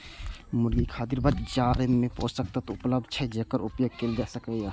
मुर्गी खातिर बाजार मे पोषक तत्व उपलब्ध छै, जेकर उपयोग कैल जा सकैए